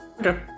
Okay